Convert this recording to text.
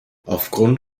aufgrund